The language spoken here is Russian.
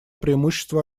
преимущества